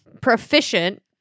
proficient